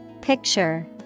Picture